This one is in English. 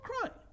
crying